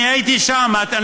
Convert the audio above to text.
אני הייתי שם.